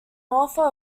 author